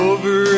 Over